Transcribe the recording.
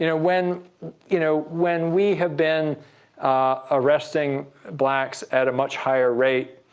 you know when you know when we have been arresting blacks at a much higher rate,